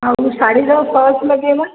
ଆଉ ଶାଢ଼ୀର ଫଲ୍ସ୍ ଲଗାଇବା